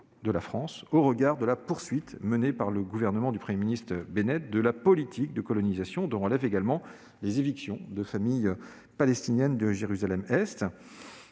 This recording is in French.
de la France au regard de la poursuite, par le gouvernement du Premier ministre Bennett, de la politique de colonisation et des évictions de familles palestiniennes de Jérusalem-Est.